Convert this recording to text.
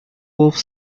wolfe